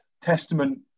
testament